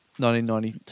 1992